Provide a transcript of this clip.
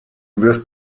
wirst